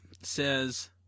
says